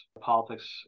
Politics